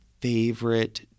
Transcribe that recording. favorite